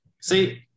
See